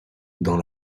dans